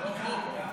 כאן, כאן.